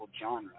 genre